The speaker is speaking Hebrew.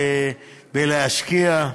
בהשקעה.